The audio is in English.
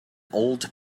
old